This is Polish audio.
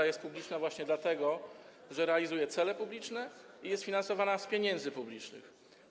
A jest publiczna właśnie dlatego, że realizuje cele publiczne i jest finansowana z pieniędzy publicznych.